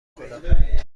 کنم